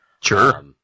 Sure